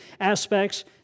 aspects